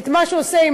את מה שהוא עושה,